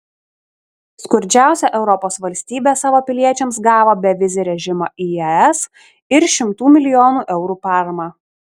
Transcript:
skurdžiausia europos valstybė savo piliečiams gavo bevizį režimą į es ir šimtų milijonų eurų paramą